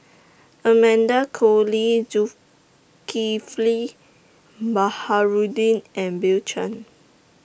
Amanda Koe Lee Zulkifli Baharudin and Bill Chen